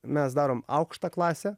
mes darom aukštą klasę